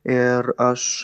ir aš